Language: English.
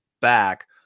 back